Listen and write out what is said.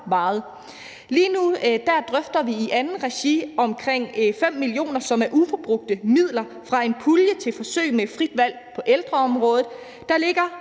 meget. Lige nu drøfter vi i andet regi et beløb på omkring 5 mio. kr., som er ubrugte midler fra en pulje til forsøg med frit valg på ældreområdet; der ligger